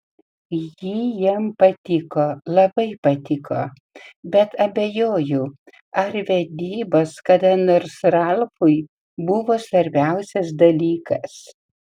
ji jam patiko labai patiko bet abejoju ar vedybos kada nors ralfui buvo svarbiausias dalykas